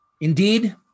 Indeed